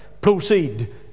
proceed